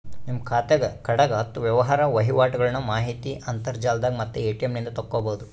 ನಿಮ್ಮ ಖಾತೆಗ ಕಡೆಗ ಹತ್ತು ವ್ಯವಹಾರ ವಹಿವಾಟುಗಳ್ನ ಮಾಹಿತಿ ಅಂತರ್ಜಾಲದಾಗ ಮತ್ತೆ ಎ.ಟಿ.ಎಂ ನಿಂದ ತಕ್ಕಬೊದು